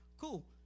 Cool